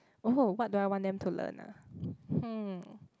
oh what do I want them to learn ah hmm